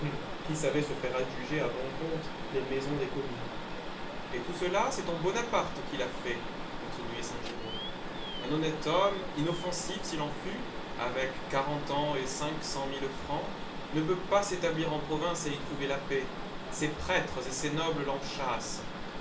qui savait se faire adjuger à bon compte les maisons des communes et tout cela c'est ton bonaparte qui l'a fait continuait saint giraud un honnête homme inoffensif s'il en fut avec quarante ans et cinq cent mille francs ne peut pas s'établir en province et y trouver la paix ses prêtres et ses nobles